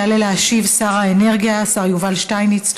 יעלה וישיב שר האנרגיה יובל שטייניץ.